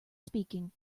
speaking